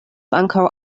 ankaŭ